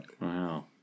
Wow